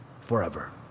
forever